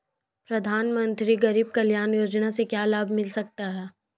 प्रधानमंत्री गरीब कल्याण योजना से क्या लाभ मिल सकता है?